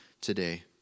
today